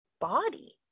body